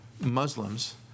Muslims